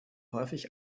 häufig